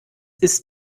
ist